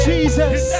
Jesus